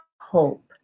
hope